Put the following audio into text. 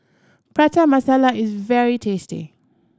Prata Masala is very tasty